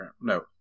No